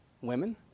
women